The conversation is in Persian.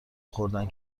خوردن